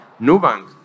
Nubank